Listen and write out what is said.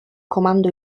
comando